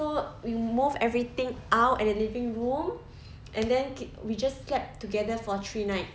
so we moved everything out at the living room and then we just slept together for three nights